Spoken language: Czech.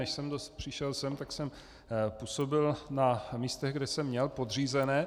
Než jsem přišel sem, tak jsem působil na místech, kde jsem měl podřízené.